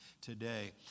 today